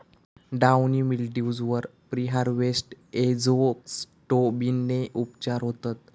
downy mildews वर preharvest एजोक्सिस्ट्रोबिनने उपचार होतत